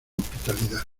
hospitalidad